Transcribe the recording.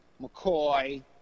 McCoy